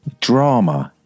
drama